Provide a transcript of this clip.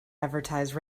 advertise